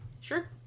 Sure